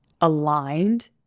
aligned